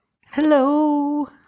Hello